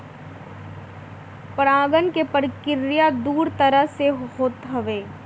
परागण के प्रक्रिया दू तरह से होत हवे